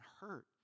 hurt